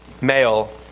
Male